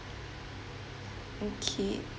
okay